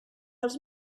els